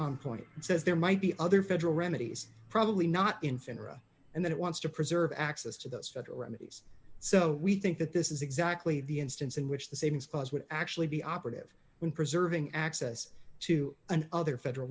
on point says there might be other federal remedies probably not infant era and then it wants to preserve access to those federal remedies so we think that this is exactly the instance in which the savings would actually be operative when preserving access to an other federal